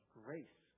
grace